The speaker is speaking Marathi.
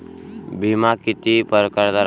बिमा कितीक परकारचा रायते?